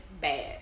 bad